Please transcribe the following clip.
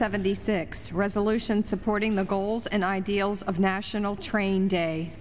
seventy six resolution supporting the goals and ideals of national train day